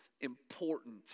important